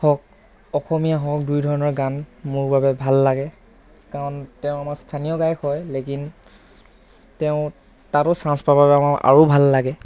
হওঁক অসমীয়া হওঁক দুই ধৰণৰ গান মোৰ বাবে ভাল লাগে কাৰণ তেওঁ আমাৰ স্থানীয় গায়ক হয় লেকিন তেওঁ তাতো ছান্স পাবৰ বাবে আমাৰ আৰু ভাল লাগে